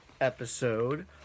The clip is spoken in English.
episode